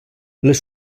les